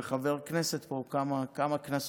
הוא היה חבר כנסת כמה כנסות,